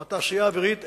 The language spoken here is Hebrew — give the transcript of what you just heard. או התעשייה האווירית,